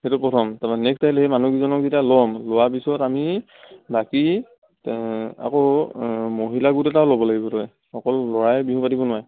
সেইটো প্ৰথম তাৰ পৰা নেক্সট আহিল সেই মানুহকেইজনক যেতিয়া ল'ম লোৱাৰ পিছত আমি বাকী আকৌ মহিলা গোট এটাও ল'ব লাগিব তই অকল ল'ৰাই বিহু পাতিব নোৱাৰে